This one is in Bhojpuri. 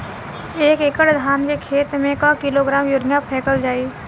एक एकड़ धान के खेत में क किलोग्राम यूरिया फैकल जाई?